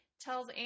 Tells